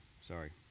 Sorry